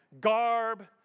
garb